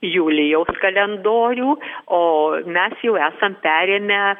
julijaus kalendorių o mes jau esam perėmę